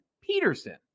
Peterson